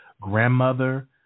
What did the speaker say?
grandmother